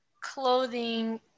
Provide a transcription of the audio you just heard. clothing